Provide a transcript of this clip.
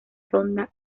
ronda